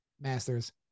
masters